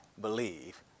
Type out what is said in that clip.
believe